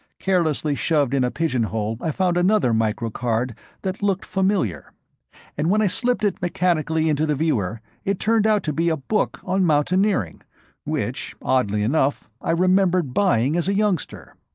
carelessly shoved in a pigeonhole i found another microcard that looked familiar and when i slipped it mechanically into the viewer it turned out to be a book on mountaineering which, oddly enough, i remembered buying as a youngster.